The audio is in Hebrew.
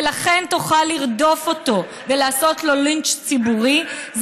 ולכן תוכל לרדוף אותו ולעשות לו לינץ' ציבורי,